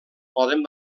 poden